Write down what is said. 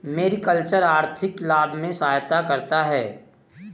mariculture आर्थिक लाभ में सहायता करता है